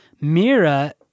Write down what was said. Mira